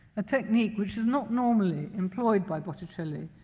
a technique which is not normally employed by botticelli.